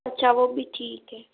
अच्छा वो भी ठीक है